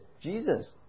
Jesus